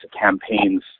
campaigns